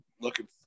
looking